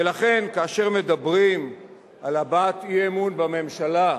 ולכן, כאשר מדברים על הבעת אי-אמון בממשלה,